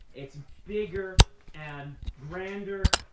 it's bigger and grander